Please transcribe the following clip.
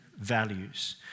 Values